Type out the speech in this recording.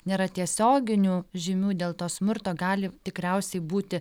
nėra tiesioginių žymių dėl to smurto gali tikriausiai būti